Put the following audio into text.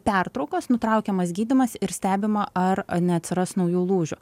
pertraukos nutraukiamas gydymas ir stebima ar neatsiras naujų lūžių